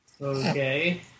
Okay